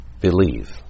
Believe